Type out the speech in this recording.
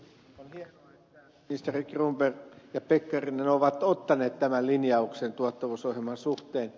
on hienoa että ministerit cronberg ja pekkarinen ovat ottaneet tämän linjauksen tuottavuusohjelman suhteen